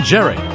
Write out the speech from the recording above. Jerry